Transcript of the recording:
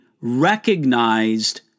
recognized